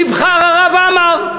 נבחר הרב עמאר,